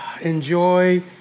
enjoy